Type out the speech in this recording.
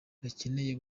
bakeneye